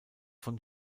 von